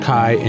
Kai